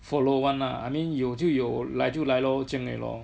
follow [one] lah I mean 有就有来就来咯这样而已咯